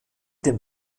dem